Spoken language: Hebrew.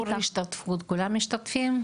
כולם משתתפים?